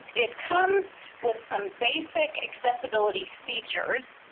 it comes with some basic accessibility features,